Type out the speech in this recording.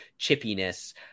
chippiness